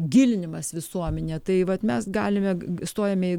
gilinimas visuomenėje tai vat mes galime stojame į